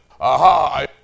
Aha